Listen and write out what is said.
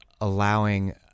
allowing